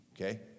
Okay